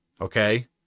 Okay